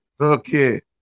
Okay